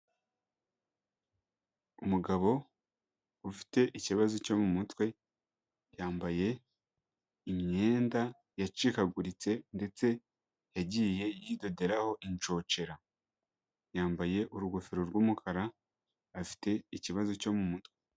Umugabo ufite ikibazo cyo mu mutwe, yambaye imyenda yacikaguritse ndetse yagiye yidoderaho inshocera, yambaye urugofero rw'umukara, afite ikibazo cyo mu mutwe.